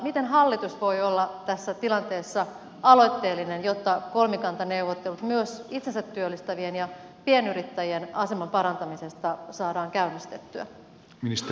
miten hallitus voi olla tässä tilanteessa aloitteellinen jotta kolmikantaneuvottelut myös itsensä työllistävien ja pienyrittäjien aseman parantamisesta saadaan käynnistettyä